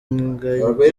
ngagi